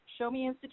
showmeinstitute